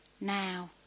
now